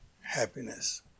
happiness